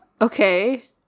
Okay